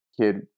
kid